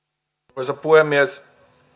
arvoisa puhemies